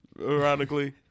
ironically